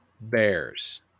Bears